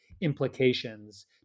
implications